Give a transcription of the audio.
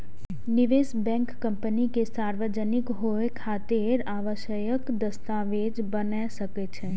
निवेश bank company के सार्वजनिक होइ खातिर आवश्यक दस्तावेज बना सकै छै